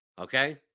Okay